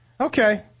Okay